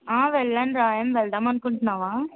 ఆ వెళ్ళండ్రా ఏం వెళ్దాం అనుకుంటున్నావా